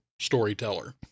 storyteller